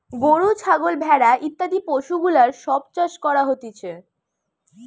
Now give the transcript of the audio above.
গরু, ছাগল, ভেড়া ইত্যাদি পশুগুলার সব চাষ করা হতিছে